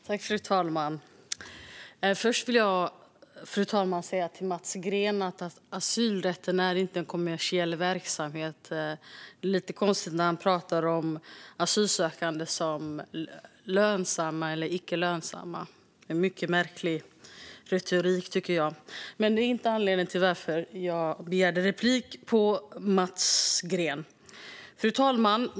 Fru talman! Först vill jag säga till Mats Green att asylrätten inte är en kommersiell verksamhet. Det blir lite konstigt när han pratar om asylsökande som lönsamma eller icke lönsamma. Det är en mycket märklig retorik, tycker jag. Men det var inte anledningen till att jag begärde replik. Fru talman!